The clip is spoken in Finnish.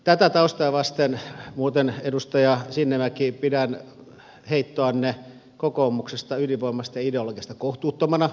tätä taustaa vasten edustaja sinnemäki pidän muuten heittoanne kokoomuksesta ydinvoimasta ja ideologiasta kohtuuttomana